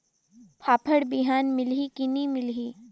फाफण बिहान मिलही की नी मिलही?